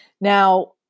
now